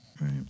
Right